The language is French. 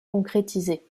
concrétisé